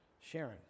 Sharon